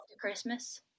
Christmas